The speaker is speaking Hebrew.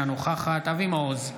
אינה נוכחת אבי מעוז,